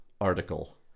article